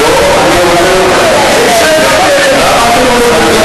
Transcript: דב, אני עונה לכם.